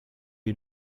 est